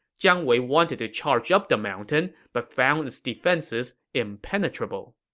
jiang wei wanted to charge up the mountain, but found its defenses impenetrable.